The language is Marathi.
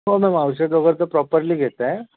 हो मॅम औषध वगैरे तर प्रॉपरली घेत आहे